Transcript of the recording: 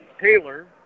Taylor